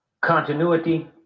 continuity